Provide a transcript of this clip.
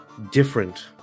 different